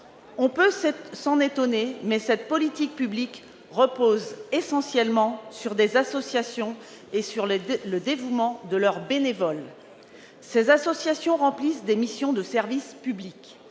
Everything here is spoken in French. On peut s'en étonner, mais en fait de politique publique, celle-là repose essentiellement sur le travail des associations et sur le dévouement de leurs bénévoles. Ces associations remplissent des missions de service public.